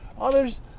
Others